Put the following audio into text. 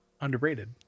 Underrated